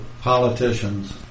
politicians